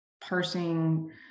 parsing